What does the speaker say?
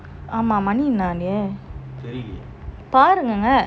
ஆமா மணி என்ன ஆவுது பாருங்கள:ama mani enna aavuthu paarungalan